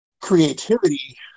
creativity